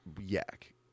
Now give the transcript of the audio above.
yak